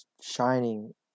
shining